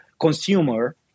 consumer